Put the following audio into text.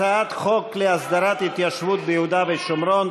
הצעת חוק להסדרת התיישבות ביהודה והשומרון,